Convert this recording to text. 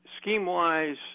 scheme-wise